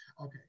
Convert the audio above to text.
Okay